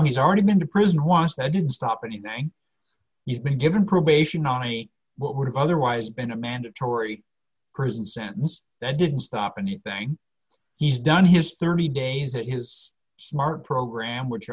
he's already been to prison was that didn't stop anything he's been given probation all me what would have otherwise been a mandatory prison sentence that didn't stop anything he's done his thirty days at his smart program which